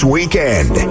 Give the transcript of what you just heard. Weekend